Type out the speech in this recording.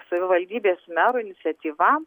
savivaldybės mero iniciatyva